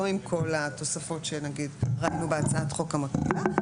לא עם כל התוספות שנגיד הורדנו בהצעת חוק המקבילה,